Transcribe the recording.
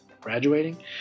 graduating